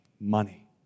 money